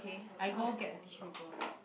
I go get a tissue paper